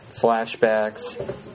flashbacks